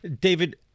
David